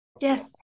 Yes